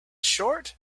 short